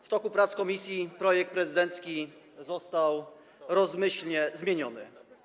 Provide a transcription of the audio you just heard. W toku prac komisji projekt prezydencki został rozmyślnie zmieniony.